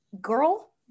girl